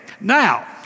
Now